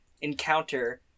encounter